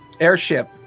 airship